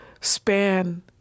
span